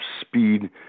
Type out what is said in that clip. speed